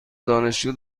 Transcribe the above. دانشجو